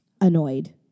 Annoyed